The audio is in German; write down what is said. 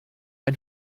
ein